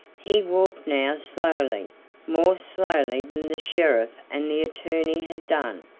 he walked now slowly more slowly than the sheriff and the attorney had done,